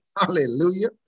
Hallelujah